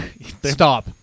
Stop